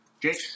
jake